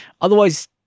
otherwise